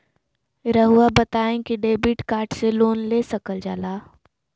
रहुआ बताइं कि डेबिट कार्ड से लोन ले सकल जाला?